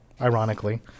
ironically